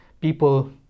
people